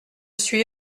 suis